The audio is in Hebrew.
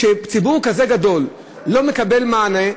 כשציבור כזה גדול לא מקבל מענה,